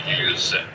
use